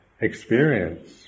experience